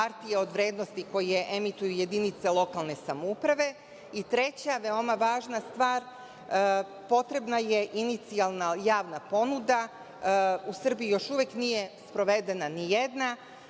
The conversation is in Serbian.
hartije od vrednosti koje emituju jedinice lokalne samouprave. I treća, veoma važna stvar, potrebna je inicijalna javna ponuda. U Srbiji još uvek nije sprovedena ni jedna.